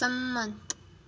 સંમત